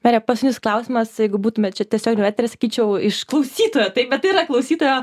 mere pas jus klausimas jeigu būtumėt čia tiesioginio eterio sakyčiau iš klausytojo taip bet tai yra klausytojo